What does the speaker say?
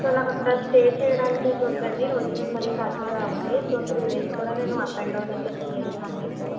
so నాకు అక్కడ stay చేయడానికైతే వద్దండి ఆరోజు మళ్ళీ నేను కాకినాడ రావాలి సో త్రీ డేస్ కూడా నేను అప్ అండ్ డౌన్ అయితే చెయ్యాలి ఫ్యామిలీతో